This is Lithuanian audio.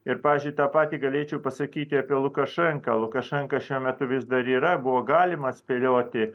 ir pavyzdžiui tą patį galėčiau pasakyti apie lukašenką lukašenka šiuo metu vis dar yra buvo galima spėlioti